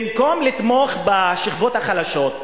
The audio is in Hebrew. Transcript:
במקום לתמוך בשכבות החלשות,